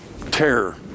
Terror